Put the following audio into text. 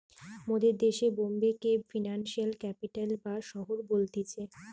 মোদের দেশে বোম্বে কে ফিনান্সিয়াল ক্যাপিটাল বা শহর বলতিছে